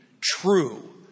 true